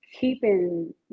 keeping